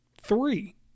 three